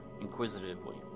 inquisitively